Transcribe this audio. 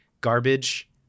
garbage